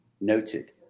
Noted